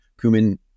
cumin